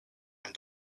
and